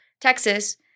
Texas